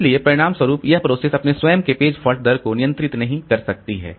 इसलिए परिणामस्वरूप यह प्रोसेस अपने स्वयं के पेज फॉल्ट दर को नियंत्रित नहीं कर सकती है